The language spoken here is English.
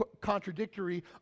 contradictory